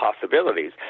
possibilities